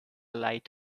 light